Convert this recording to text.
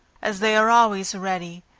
as they are always ready,